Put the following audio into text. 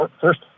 first